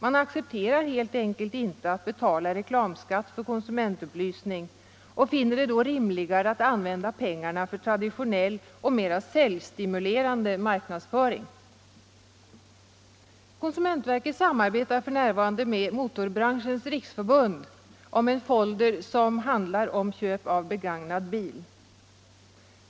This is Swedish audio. Man accepterar helt enkelt inte att betala reklamskatt för konsumentupplysning och finner det då rimligare att använda pengarna för traditionell och mer säljstimulerande marknadsföring. Konsumentverket samarbetar f. n. med Motorbranschens riksförbund om en folder som handlar om köp av begagnad bil.